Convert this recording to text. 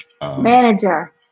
Manager